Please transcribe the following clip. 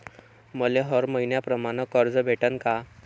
मले हर मईन्याप्रमाणं कर्ज भेटन का?